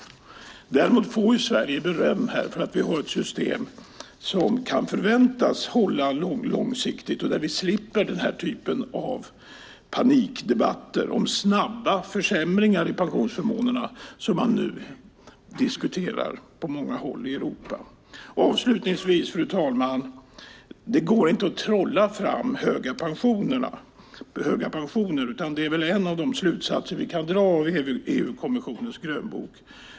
Däremot får Sverige beröm för att ha ett system som kan förväntas hålla långsiktigt och som är sådant att vi slipper den typ av panikdebatter om snabba försämringar i pensionsförmånerna som nu diskuteras på många håll i Europa. Fru talman! Avslutningsvis: Det går inte att trolla fram höga pensioner. Det är väl en av de slutsatser vi kan dra av EU-kommissionens grönbok.